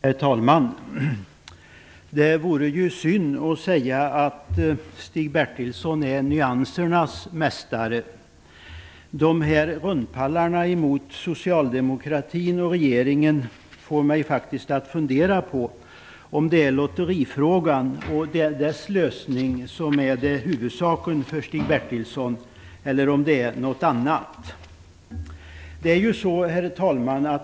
Herr talman! Det vore ju synd att säga att Stig Bertilsson är nyansernas mästare. De här rundpallarna mot socialdemokratin och regeringen får mig att fundera på om det är lotterifrågan och dess lösning som är huvudsaken för Stig Bertilsson eller om det är något annat. Herr talman!